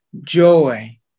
joy